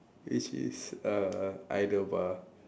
which is err idle bar